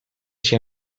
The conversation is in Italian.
sia